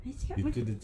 I cakap I